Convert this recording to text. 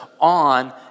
on